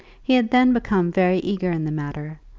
he had then become very eager in the matter,